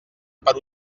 per